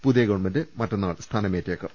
പുതിയ ഗവൺമെന്റ് മറ്റന്നാൾ സ്ഥാനമേറ്റേ ക്കും